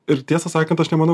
ir tiesą sakant aš nemanau